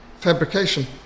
fabrication